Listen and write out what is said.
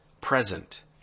present